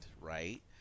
right